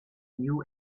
new